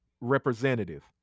representative